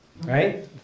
right